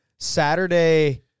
Saturday